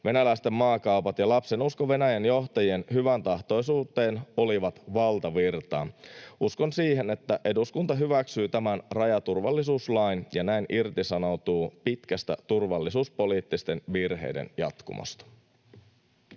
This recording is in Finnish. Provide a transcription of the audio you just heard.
venäläisten maakaupat ja lapsenusko Venäjän johtajien hyväntahtoisuuteen olivat valtavirtaa. Uskon siihen, että eduskunta hyväksyy tämän rajaturvallisuuslain ja näin irtisanoutuu pitkästä turvallisuuspoliittisten virheiden jatkumosta.